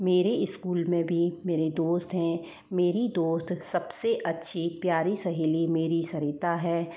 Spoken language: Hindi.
मेरे स्कूल में भी मेरे दोस्त हैं मेरी दोस्त सबसे अच्छे प्यारी सहेली मेरी सरिता है